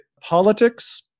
politics